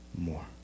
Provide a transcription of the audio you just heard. more